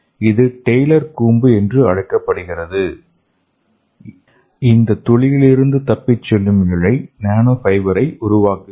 இது டெய்லர் கூம்பு என்று அழைக்கப்படுகிறது இந்த துளியிலிருந்து தப்பிச் செல்லும் இழை நானோ ஃபைபரை உருவாக்குகிறது